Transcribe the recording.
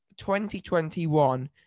2021